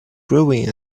growing